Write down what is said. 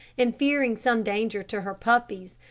and fearing some danger to her puppies,